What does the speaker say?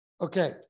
Okay